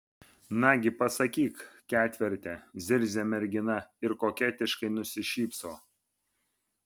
nagi pasakyk ketverte zirzia mergina ir koketiškai nusišypso